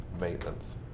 maintenance